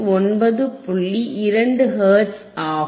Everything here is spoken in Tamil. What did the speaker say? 2 ஹெர்ட்ஸ் ஆகும்